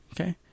Okay